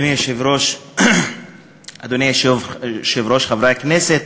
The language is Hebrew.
אדוני היושב-ראש, חברי הכנסת,